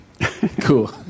Cool